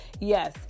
Yes